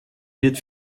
wird